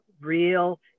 real